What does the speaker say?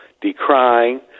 decrying